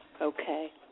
Okay